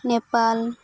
Nepal